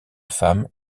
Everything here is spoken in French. femme